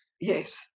Yes